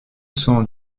cent